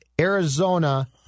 Arizona